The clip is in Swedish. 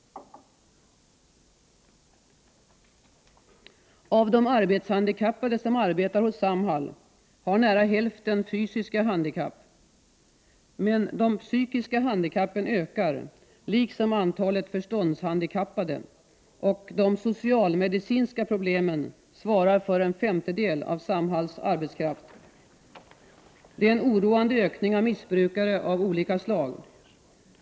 Av de arbetshandikappade som arbetar hos Samhall har nära hälften fysiska handikapp. Men de psykiska handikappen ökar liksom antalet förståndshandikappade, och de socialmedicinska problemen svarar för en femtedel av Samhalls arbetskraft. Det är en oroande ökning av antalet missbrukare av olika slag.